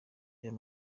reba